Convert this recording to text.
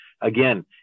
again